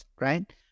right